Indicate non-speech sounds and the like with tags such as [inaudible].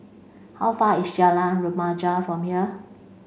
how far is [unintelligible] Remaja from here